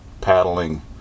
paddling